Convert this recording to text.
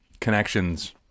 connections